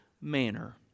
manner